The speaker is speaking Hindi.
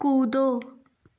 कूदो